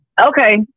Okay